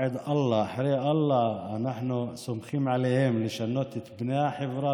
אחרי אללה אנחנו סומכים עליהם לשנות את פני החברה